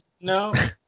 No